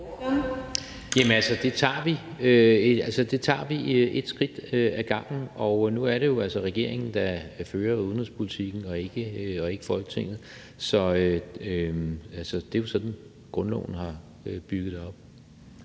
Jørgensen (V): Det tager vi et skridt ad gangen. Og nu er det jo altså regeringen, der fører udenrigspolitikken, og ikke Folketinget. Det er jo sådan, grundloven har bygget det